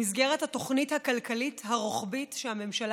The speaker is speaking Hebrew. במסגרת התוכנית הכלכלית הרוחבית שהממשלה